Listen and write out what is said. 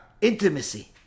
intimacy